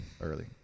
early